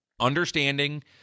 understanding